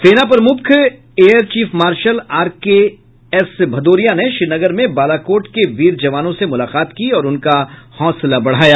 सेना प्रमुख air chief marshal R K S Bhadauria ने श्रीनगर में बालाकोट के वीर जवानों से मुलाकात की और उनका हौसला बढ़ाया